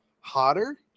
hotter